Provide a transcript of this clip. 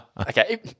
Okay